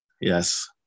yes